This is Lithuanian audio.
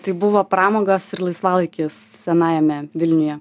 tai buvo pramogos ir laisvalaikis senajame vilniuje